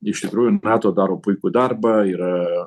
iš tikrųjų nato daro puikų darbą yra